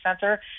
center